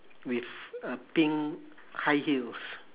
with a pink high heels